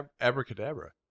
abracadabra